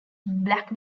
black